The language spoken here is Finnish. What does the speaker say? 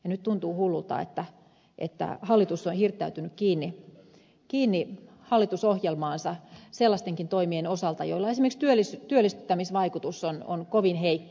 nyt tuntuu hullulta että hallitus on hirttäytynyt kiinni hallitusohjelmaansa sellaistenkin toimien osalta joilla esimerkiksi työllistämisvaikutus on kovin heikko